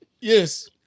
Yes